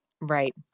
Right